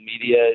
media